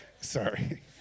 Sorry